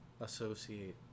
associate